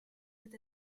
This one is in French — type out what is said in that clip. peut